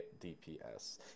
dps